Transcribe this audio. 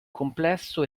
complesso